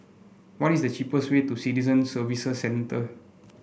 what is the cheapest way to Citizen Services Centre